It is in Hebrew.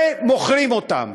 ומוכרים אותן.